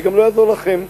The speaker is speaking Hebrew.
וגם לא יעזור לכם.